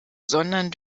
sondern